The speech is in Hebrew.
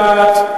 נטולת שיקול דעת,